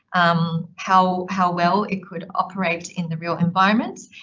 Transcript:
um, how, how well it could operate in the real environment.